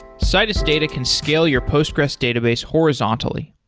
citus data can scale your postgres database horizontally.